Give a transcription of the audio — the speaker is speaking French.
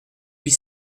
huit